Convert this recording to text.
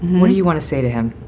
what do you want to say to him?